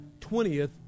twentieth